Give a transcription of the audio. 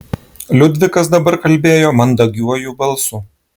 liudvikas dabar kalbėjo mandagiuoju balsu